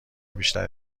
بیشتر